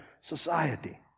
society